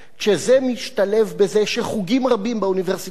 כשזה משתלב בזה שחוגים רבים באוניברסיטאות